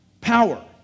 power